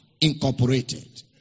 incorporated